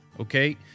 okay